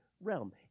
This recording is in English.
realm